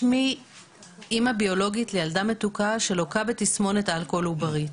שמי אמא ביולוגית לילדה מתוקה שלוקה בתסמונת אלכוהול עוברית,